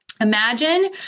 Imagine